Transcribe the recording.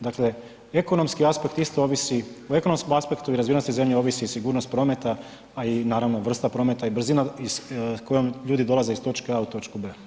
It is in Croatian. Dakle ekonomski aspekt isto ovisi, u ekonomskom aspektu i razvijenosti zemlje ovisi i sigurnost prometa a i naravno vrsta prometa i brzina kojom ljudi dolaze iz točke a u točku b.